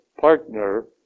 partner